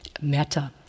metta